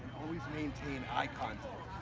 always maintain eye contact.